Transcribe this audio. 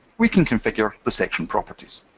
we can configure the section properties.